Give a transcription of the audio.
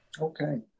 Okay